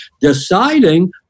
deciding